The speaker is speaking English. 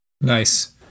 nice